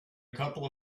couple